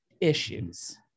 issues